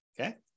Okay